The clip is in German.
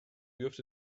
wirft